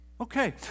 Okay